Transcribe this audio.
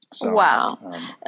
Wow